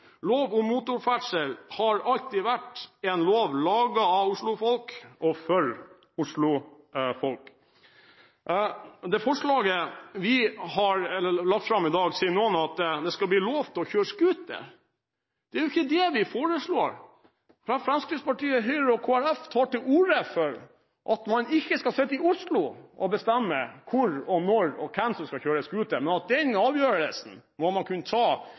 Lov om motorferdsel har alltid vært en lov laget av Oslo-folk og for Oslo-folk. Med det forslaget vi har lagt fram i dag, sier noen at det skal bli lov å kjøre scooter. Det er jo ikke det vi foreslår. Fremskrittspartiet, Høyre og Kristelig Folkeparti tar til orde for at man ikke skal sitte i Oslo og bestemme hvor og når og hvem som skal kjøre scooter, men at den avgjørelsen må man kunne ta